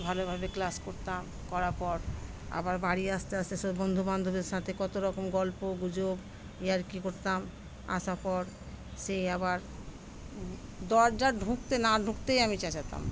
ভালোভাবে ক্লাস করতাম করার পর আবার বাড়ি আসতে আসতে সব বন্ধুবান্ধবের সাথে কত রকম গল্প গুজব ইয়ার্কি করতাম আসার পর সে আবার দরজা ঢুকতে না ঢুকতেই আমি চ্যাঁচাতাম